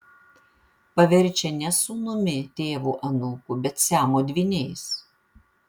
paverčia ne sūnumi tėvu anūku bet siamo dvyniais